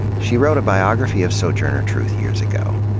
she wrote a biography of sojourner truth years ago.